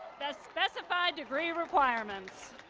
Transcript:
the specified degree requirements.